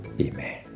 Amen